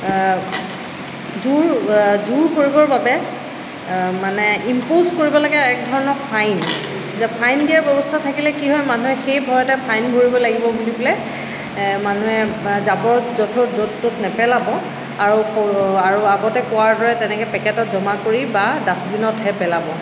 যোৰ যোৰ কৰিবৰ বাবে মানে ইমপোছ কৰিব লাগে এক ধৰণৰ ফাইন যে ফাইন দিয়াৰ ব্যৱস্থা থাকিলে কি হয় মানুহে সেই ভয়তে ফাইন ভৰিব লাগিব বুলি পেলাই মানুহে জাবৰ জথৰ য'ত ত'ত নেপেলাব আৰু আৰু আগতে কোৱাৰ দৰে তেনেকৈ পেকেটত জমা কৰি বা ডাষ্টবিনতহে পেলাব